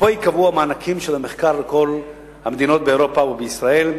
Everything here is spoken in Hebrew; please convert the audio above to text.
ופה ייקבעו המענקים של המחקר לכל מדינות אירופה ולישראל.